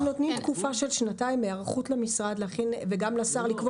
אנחנו נותנים תקופה של שנתיים היערכות למשרד וגם לשר לקבוע